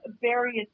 various